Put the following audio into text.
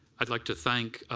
i would like to thank